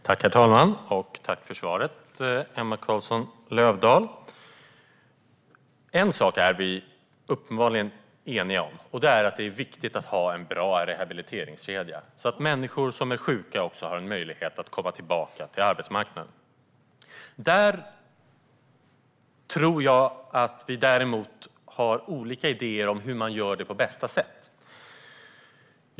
Herr talman! Tack för svaret, Emma Carlsson Löfdahl! En sak är vi uppenbarligen eniga om, och det är att det är viktigt att ha en bra rehabiliteringskedja så att människor som är sjuka har en möjlighet att komma tillbaka till arbetsmarknaden. Däremot tror jag att vi har olika idéer om hur man ska göra detta på bästa sätt.